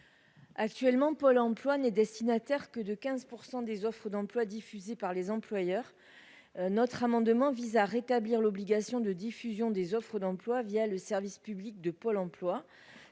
Actuellement, Pôle emploi né destinataire que de 15 % des offres d'emploi diffusées par les employeurs, notre amendement vise à rétablir l'obligation de diffusion des offres d'emploi via le service public de Pôle emploi,